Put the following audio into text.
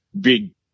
big